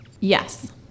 Yes